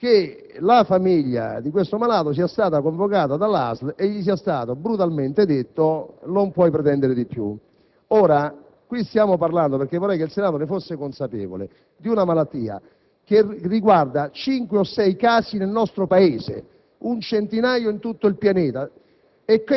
che la famiglia di questo malato sia stata convocata dalla ASL e che le sia stato brutalmente detto: non puoi pretendere di più. Ora, stiamo parlando, e vorrei che il Senato ne fosse consapevole, di una malattia che riguarda cinque o sei casi nel nostro Paese, un centinaio in tutto il pianeta.